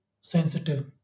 sensitive